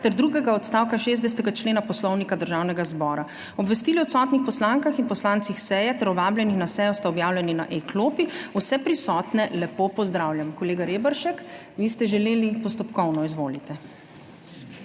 ter drugega odstavka 60. člena Poslovnika Državnega zbora. Obvestili o odsotnih poslankah in poslancih s seje ter vabljeni na sejo sta objavljeni na e-klopi. Vse prisotne lepo pozdravljam! Kolega Reberšek, vi ste želeli postopkovno, izvolite.